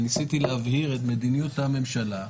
וניסיתי להבהיר את מדיניות הממשלה,